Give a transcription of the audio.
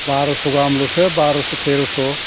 बार'स' गाहामल'सो बार'स' थेर'स'